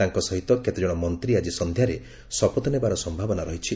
ତାଙ୍କ ସହିତ କେତେଜଣ ମନ୍ତ୍ରୀ ଆକି ସନ୍ଧ୍ୟାରେ ଶପଥ ନେବାର ସମ୍ଭାବନା ରହିଛି